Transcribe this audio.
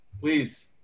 Please